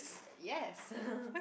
yes